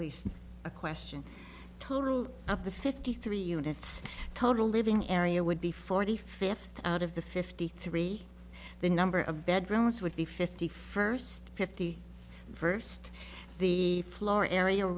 least a question total of the fifty three units total living area would be forty fifth out of the fifty three the number of bedrooms would be fifty first fifty first the floor area